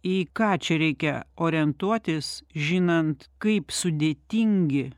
į ką čia reikia orientuotis žinant kaip sudėtingi